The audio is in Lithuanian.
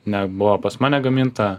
nebuvo pas mane gaminta